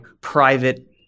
private